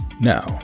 Now